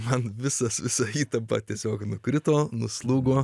man visas visa įtampa tiesiog nukrito nuslūgo